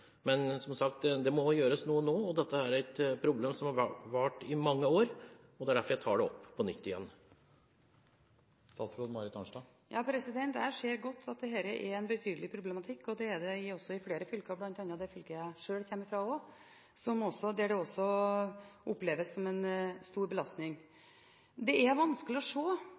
må gjøres noe nå. Dette er et problem som har vart i mange år, og det er derfor jeg tar det opp på nytt igjen. Jeg ser godt at dette er en betydelig problematikk. Det er det også i flere fylker, bl.a. det fylket jeg sjøl kommer fra, der det også oppleves som en stor belastning. Det er vanskelig å